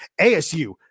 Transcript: ASU